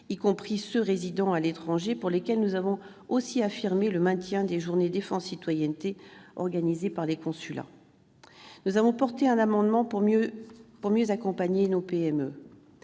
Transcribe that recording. y compris à ceux résidant à l'étranger, pour lesquels nous avons affirmé le maintien des journées défense et citoyenneté, qui sont organisées par les consulats. Nous avons porté un amendement pour mieux accompagner les